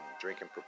drinking